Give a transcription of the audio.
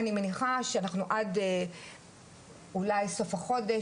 - אני מניחה שעד אולי סוף החודש,